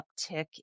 uptick